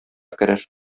керер